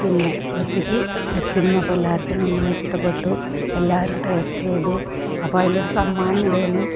പിന്നെ വൃത്തിക്ക് വെച്ചിരുന്നു അപ്പോൾ എല്ലാവർക്കും നന്നായി ഇഷ്ടപ്പെട്ടു എല്ലാവരും ടേസ്റ്റ് ചെയ്തു അപ്പോൾ അതിലൊരു സമ്മാനം ഉണ്ടായിരുന്നു